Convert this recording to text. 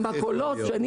למכולות שאני